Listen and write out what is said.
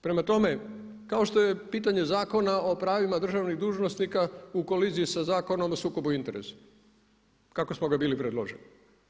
Prema tome, kao što je pitanje Zakona o pravima državnih dužnosnika u koliziji sa Zakonom o sukobu interesa kako smo ga bili predložili.